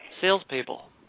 salespeople